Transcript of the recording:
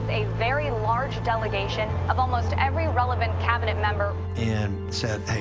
and a very large delegation of almost every relevant cabinet member. and said, hey,